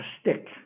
stick